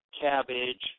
cabbage